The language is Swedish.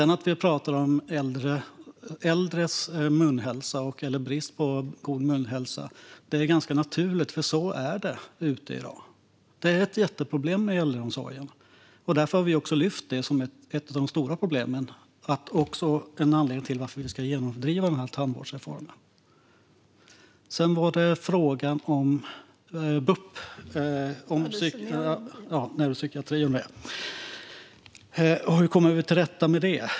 Att vi sedan talar om äldres munhälsa eller äldres brist på god munhälsa är ganska naturligt, för så är det i dag. Detta är ett jätteproblem i äldreomsorgen, och därför har vi också lyft fram det som ett av de stora problemen och en anledning till att vi ska genomdriva denna tandvårdsreform. Sedan var det frågan om neuropsykiatri och sådant. Ja, hur kommer vi till rätta med det?